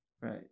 Right